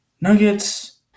Nuggets